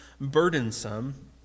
burdensome